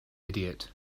idiot